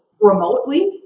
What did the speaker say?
remotely